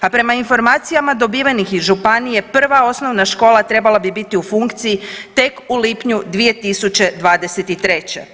A prema informacijama dobivenih iz županije prva osnovna škola trebala bi biti u funkciji tek u lipnju 2023.